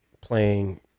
playing